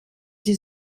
sie